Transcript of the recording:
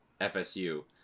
FSU